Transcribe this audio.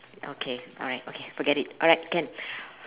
okay alright okay forget it alright can